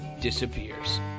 disappears